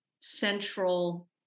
central